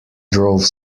drove